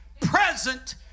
present